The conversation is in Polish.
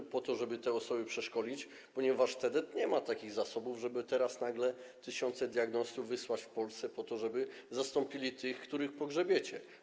Chodzi o to, żeby te osoby przeszkolić, ponieważ TDT nie ma takich zasobów, żeby teraz nagle tysiące diagnostów wysłać w Polskę, żeby zastąpić tych, których pogrzebiecie.